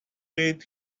read